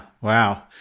Wow